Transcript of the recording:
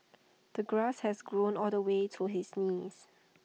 the grass has grown all the way to his knees